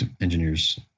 engineers